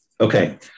okay